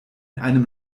einem